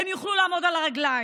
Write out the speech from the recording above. הם יוכלו לעמוד על הרגליים.